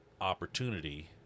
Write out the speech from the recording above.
opportunity